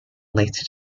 later